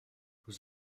vous